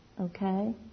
okay